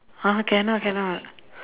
!huh! cannot cannot